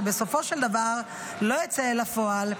שבסופו של דבר לא יֵצא אל הפועל,